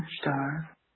star